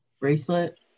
Bracelet